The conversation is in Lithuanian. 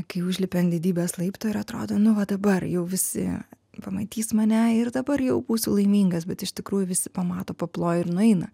kai užlipi ant didybės laiptų ir atrodo nu va dabar jau visi pamatys mane ir dabar jau būsiu laimingas bet iš tikrųjų visi pamato paploja ir nueina